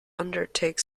undertake